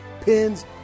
pins